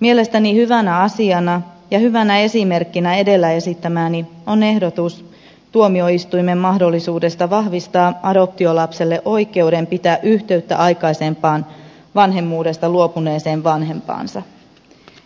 mielestäni hyvänä asiana ja hyvänä esimerkkinä edellä esittämääni on ehdotus tuomioistuimen mahdollisuudesta vahvistaa adoptiolapselle oikeus pitää yhteyttä aikaisempaan vanhemmuudesta luopuneeseen vanhempaansa